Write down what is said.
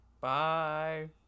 Bye